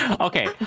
Okay